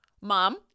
Mom